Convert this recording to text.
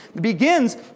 begins